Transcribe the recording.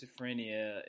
schizophrenia